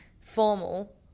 formal